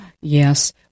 Yes